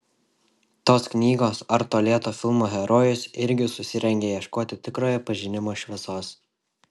tos knygos ar to lėto filmo herojus irgi susirengia ieškoti tikrojo pažinimo šviesos